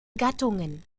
gattungen